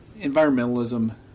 environmentalism